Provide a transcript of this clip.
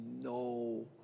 no